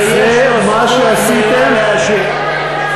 ויש לו זכות מלאה להשיב.